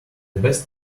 best